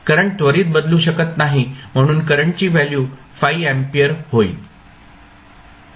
current त्वरित बदलू शकत नाही म्हणून करंटची व्हॅल्यू 5 अँपिअर होईल